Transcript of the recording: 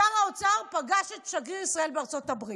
שר האוצר פגש את שגריר ישראל בארצות הברית.